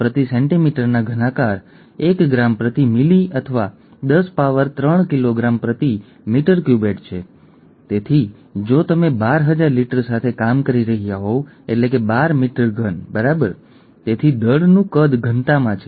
પ્રથમ ત્રણ મિનિટ સિવાય હું કહીશ કે ખૂબ ભલામણ કરવામાં આવે છે